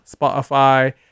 Spotify